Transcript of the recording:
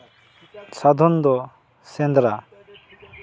ᱥᱟᱫᱷᱚᱱ ᱫᱚ ᱥᱮᱸᱫᱽᱨᱟ